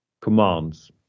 commands